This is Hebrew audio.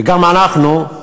וגם אנחנו,